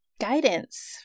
Guidance